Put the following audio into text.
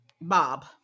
Bob